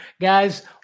Guys